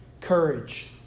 courage